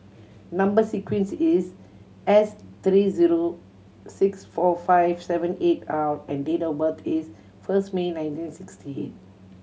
number sequence is S three zero six four five seven eight R and date of birth is first May nineteen sixty eight